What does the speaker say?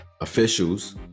officials